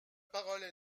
parole